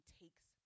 takes